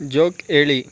joke ಹೇಳಿ